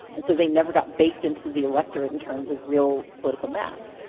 and so they never got baked into the electorate in terms of real political math.